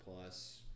Plus